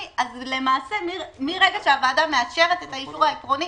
אז למעשה מרגע שהוועדה מאשרת את האישור העקרוני